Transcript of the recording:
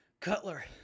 Cutler